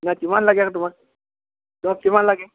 নাই কিমান লাগে আৰু তোমাক তোমাক কিমান লাগে